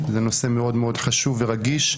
זה נושא מאוד חשוב ורגיש.